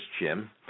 Jim